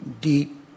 deep